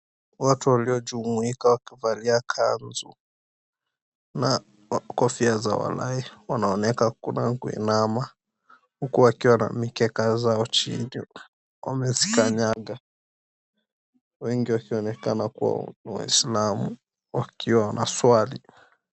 Watu waliojumuika wakivalia kanzu na kofia za walahi, wanaonekana kuinama. Huku wakiwa na mikeka zao chini wamezikanyaga, wengi wakionekana kuwa ni waislamu wakiwa wanaswali.